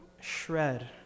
shred